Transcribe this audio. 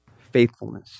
faithfulness